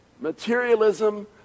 Materialism